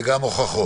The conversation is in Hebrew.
וגם הוכחות.